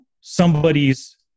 somebody's